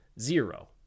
Zero